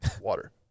water